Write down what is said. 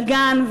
ולגן,